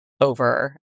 over